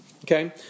Okay